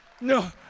No